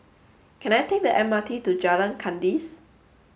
can I take the M R T to Jalan Kandis